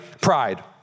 Pride